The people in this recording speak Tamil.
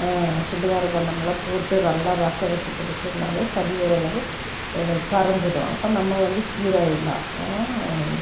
போட்டு நல்லா ரசம் வச்சு குடித்தோம்னாவே சளி ஓரளவு கரைஞ்சிடும் அப்புறம் நம்ம வந்து கியூர் ஆகிடலாம்